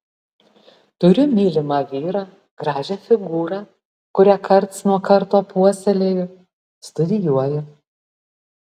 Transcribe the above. turiu mylimą vyrą gražią figūrą kurią karts nuo karto puoselėju studijuoju